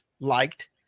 liked